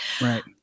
Right